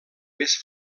més